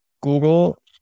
Google